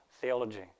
theology